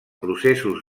processos